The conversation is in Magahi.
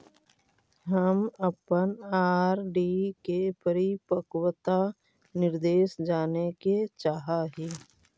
हम अपन आर.डी के परिपक्वता निर्देश जाने के चाह ही